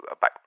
bye